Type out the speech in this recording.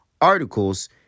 articles